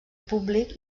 públic